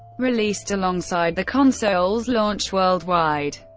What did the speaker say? released alongside the console's launch worldwide.